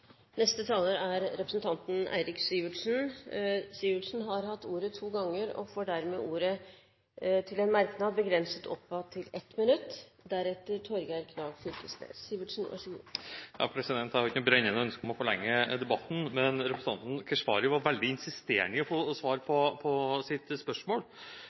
Representanten Eirik Sivertsen har hatt ordet to ganger og får dermed ordet til en merknad, begrenset til 1 minutt. Jeg har ikke noe brennende ønske om å forlenge debatten, men representanten Keshvari insisterte veldig på å få svar på sitt spørsmål.